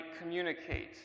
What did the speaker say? communicate